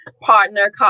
partner